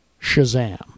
Shazam